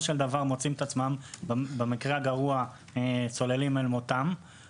של דבר מוצאים את עצמם במקרה הגרוע צוללים אל מותם,